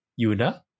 Yuna